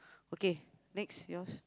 okay next yours